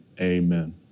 Amen